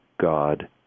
God